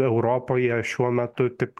europoje šiuo metu tik